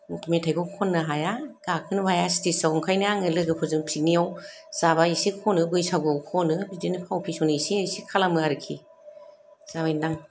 मेथाइखौ खननो हाया गाखोनोबो हाया स्तेजाव ओंखायनो आङो लोगोफोरजों फिकनिकाव जाबा इसे खनो बैसागुवाव खनो बिदिनो फाव फेसन इसे इसे खालामो आरोखि जाबायनदां